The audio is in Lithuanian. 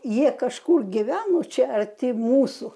jie kažkur gyveno čia arti mūsų